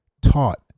taught